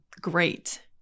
great